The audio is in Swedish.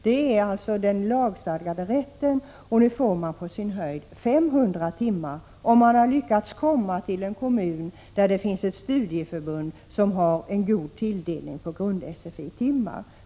Det är den lagstadgade rätten, men nu får man på sin höjd 500 timmar — om man har lyckats komma till en kommun där det finns ett studieförbund som har en god tilldelning av grund-SFI-timmar.